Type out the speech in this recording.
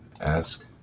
Ask